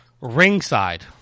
ringside